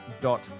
dot